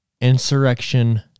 Insurrection